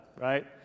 right